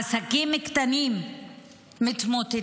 עסקים קטנים מתמוטטים.